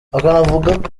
akanavuga